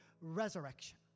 resurrection